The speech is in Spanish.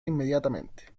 inmediatamente